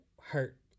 hurt